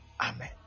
Amen